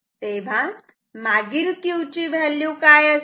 तेव्हा मागील Q ची व्हॅल्यू काय असेल